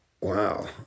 Wow